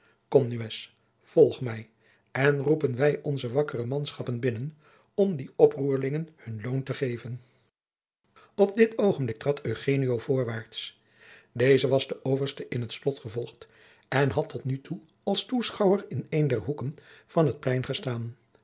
nunez volg mij en roepen wij onze wakkere manschappen binnen om die oproerlingen hun loon te geven op dit oogenblik trad eugenio voorwaarts deze was de oversten in t slot gevolgd en had tot nu toe als toeschouwer in een der hoeken van het plein gestaan